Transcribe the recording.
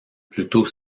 plutôt